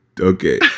Okay